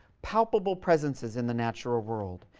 palpable presences in the natural world.